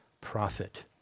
prophet